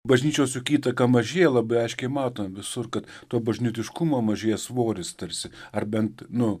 bažnyčios juk įtaka mažėja labai aiškiai mato visur kad to bažnytiškumo mažėja svoris tarsi ar bent nu